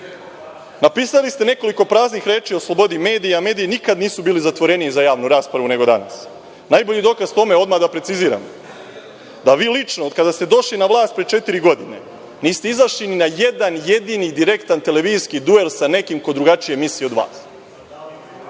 Napisali ste nekoliko praznih reči o slobodi medija, a mediji nikada nisu bili zatvoreniji za javnu raspravu nego danas. Najbolji dokaz tome, odmah da preciziram, da vi lično od kada ste došli na vlast pre četiri godine, niste izašli ni na jedan jedini direktni televizijski duel sa nekim ko drugačiji misli od vas.